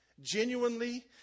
genuinely